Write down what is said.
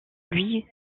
louis